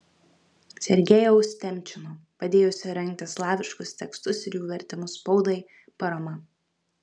sergejaus temčino padėjusio rengti slaviškus tekstus ir jų vertimus spaudai parama